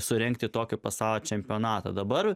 surengti tokio pasaulio čempionatą dabar